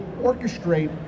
orchestrate